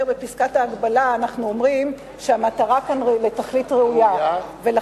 בפסקת ההגבלה אנחנו אומרים שהמטרה כאן היא לתכלית ראויה.